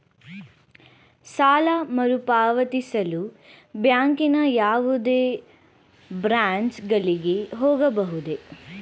ಸಾಲ ಮರುಪಾವತಿಸಲು ಬ್ಯಾಂಕಿನ ಯಾವುದೇ ಬ್ರಾಂಚ್ ಗಳಿಗೆ ಹೋಗಬಹುದೇ?